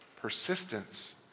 persistence